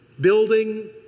building